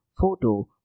photo